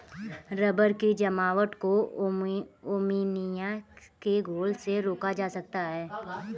rubber की जमावट को अमोनिया के घोल से रोका जा सकता है